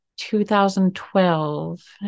2012